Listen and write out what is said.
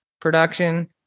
production